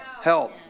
help